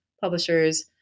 publishers